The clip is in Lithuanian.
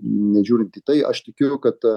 nežiūrint į tai aš tikiu kad